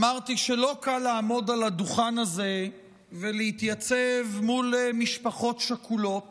אמרתי שלא קל לעמוד על הדוכן הזה ולהתייצב מול משפחות שכולות